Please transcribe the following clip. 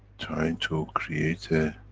trying to create a.